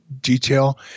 detail